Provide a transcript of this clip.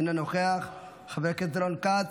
אינו נוכח, חבר הכנסת רון כץ,